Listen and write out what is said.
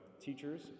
teachers